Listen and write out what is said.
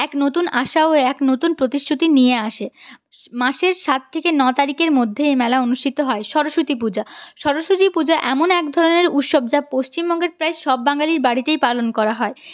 এক নতুন আশায় এক নতুন প্রতিশ্রুতি নিয়ে আসে মাসের সাত থেকে নয় তারিখের মধ্যে এই মেলা অনুষ্ঠিত হয় সরস্বতী পূজা সরস্বতী পূজা এমন এক ধরনের উৎসব যা পশ্চিমবঙ্গের প্রায় সব বাঙালির বাড়িতেই পালন করা হয়